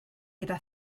gyda